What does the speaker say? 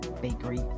bakery